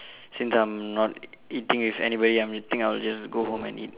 since I'm not eating with anybody I'm think I'll just go home and eat